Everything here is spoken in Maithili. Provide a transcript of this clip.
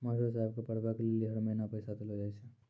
मास्टर साहेब के पढ़बै के लेली हर महीना पैसा देलो जाय छै